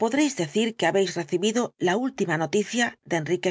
podréis decir que habéis recibido la última noticia de enrique